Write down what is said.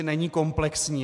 Není komplexní.